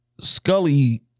Scully